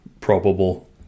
probable